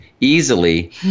easily